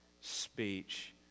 speech